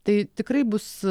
tai tikrai bus